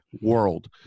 World